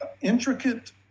intricate